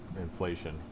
inflation